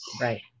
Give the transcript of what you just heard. Right